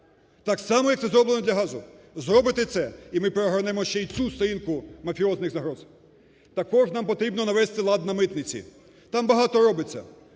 Так само, як це зроблено для газу. Зробите це – і ми перегорнемо ще й цю сторінку мафіозних загроз. Також нам потрібно навести лад на митниці. Там багато робиться.